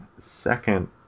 second